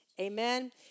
Amen